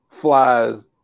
flies